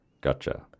Gotcha